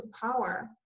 power